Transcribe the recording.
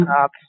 up